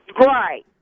right